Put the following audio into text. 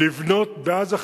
לבנות בעזה חבל-ארץ,